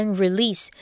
release